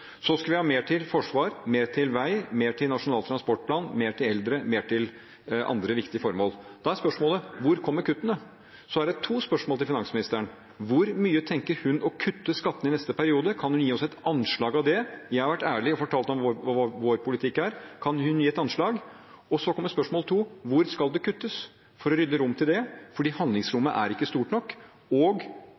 Så skal vi har mer til forsvar, mer til vei, mer til Nasjonal transportplan, mer til eldre, mer til andre viktige formål. Da er spørsmålet: Hvor kommer kuttene? Så er det to spørsmål til til finansministeren: Hvor mye tenker hun å kutte skattene i neste periode? Kan hun gi oss et anslag over det? Jeg har vært ærlig og fortalt hva vår politikk er. Kan hun gi et anslag? Så kommer spørsmål 2: Hvor skal det kuttes for å rydde rom til det? Handlingsrommet er ikke stort nok, og